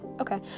okay